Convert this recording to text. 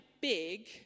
big